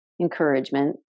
encouragement